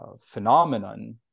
phenomenon